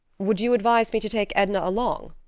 would you advise me to take edna along?